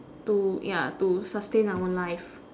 to ya to sustain our life